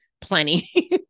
plenty